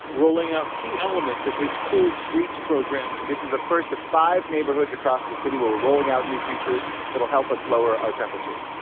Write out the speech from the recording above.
rolling out key elements of his cool streets program. this is the first of five neighborhoods across the city where we're rolling out new features that'll help us lower our temperatures.